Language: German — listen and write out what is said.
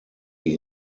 die